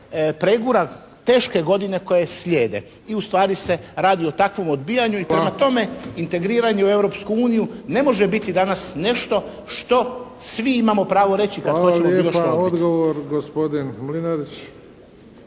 pregura teške godine koje je slijede. I ustvari se radi o takvom odbijanju i prema tome integriranje u Europsku uniju ne može biti danas nešto što svi imamo pravo reći kad hoćemo bilo što odbiti. **Bebić, Luka (HDZ)** Hvala lijepa, odgovor gospodin Mlinarić.